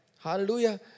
Hallelujah